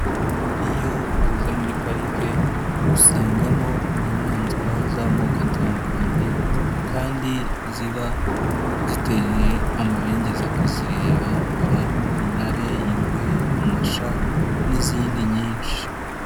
Iyo ugeze muri parike, usangamo inyamaswa z'amoko atandukanye kandi ziba ziteye amabengeza kuzireba, haba harimo intare, ingwe, amasha n'izindi nyinshi.